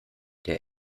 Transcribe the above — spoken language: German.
der